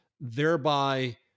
thereby